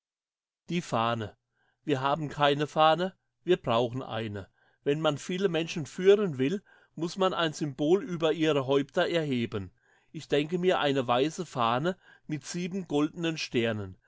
die fahne wir haben keine fahne wir brauchen eine wenn man viele menschen führen will muss man ein symbol über ihre häupter erheben ich denke mir eine weisse fahne mit sieben goldenen sternen